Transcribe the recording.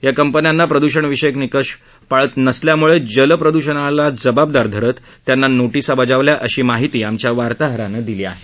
या कंपन्यांना प्रद्षणविषयक निकष पाळत नसल्याम्ळे जल जलप्रदूषणाला जबाबदार असल्यामुळे त्यांना नोटीसा बजावल्या आहेत अशी माहिती आमच्या वार्ताहरानं दिली आहे